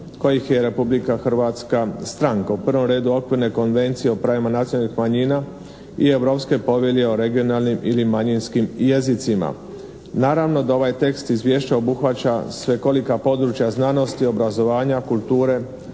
kojih je Republika Hrvatska stranka. U prvom redu …/Govornik se ne razumije./… konvencije o pravima nacionalnih manjina i Europske povelje o regionalnim ili manjinskim jezicima. Naravno da ovaj tekst izvješća obuhvaća svekolika područja znanosti, obrazovanja, kulture,